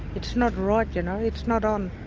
it's not right you know, it's not on.